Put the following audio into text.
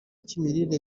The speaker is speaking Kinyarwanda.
cy’imirire